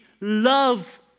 love